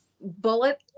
bullet